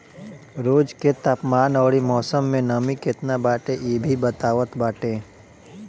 रोज के तापमान अउरी मौसम में नमी केतना बाटे इ भी बतावत बाटे